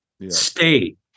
state